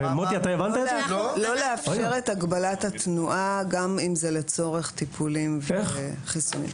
לא לאפשר את הגבלת התנועה גם אם זה לצורך טיפולים וחיסונים.